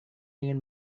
ingin